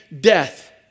death